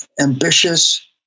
ambitious